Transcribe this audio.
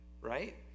right